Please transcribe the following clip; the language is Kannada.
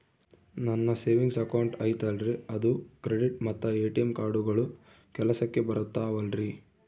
ನನ್ನ ಸೇವಿಂಗ್ಸ್ ಅಕೌಂಟ್ ಐತಲ್ರೇ ಅದು ಕ್ರೆಡಿಟ್ ಮತ್ತ ಎ.ಟಿ.ಎಂ ಕಾರ್ಡುಗಳು ಕೆಲಸಕ್ಕೆ ಬರುತ್ತಾವಲ್ರಿ?